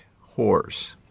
horse